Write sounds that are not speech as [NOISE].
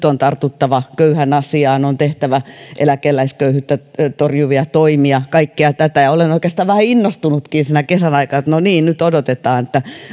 [UNINTELLIGIBLE] on tarttuva köyhän asiaan on tehtävä eläkeläisköyhyyttä torjuvia toimia kaikkea tätä olen oikeastaan vähän innostunutkin kesän aikana odottanut että no nyt